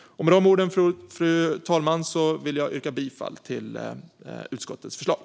Med dessa ord yrkar jag bifall till utskottets förslag.